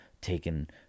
taken